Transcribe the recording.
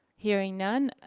hearing none,